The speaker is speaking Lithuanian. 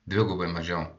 dvigubai mažiau